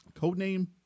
codename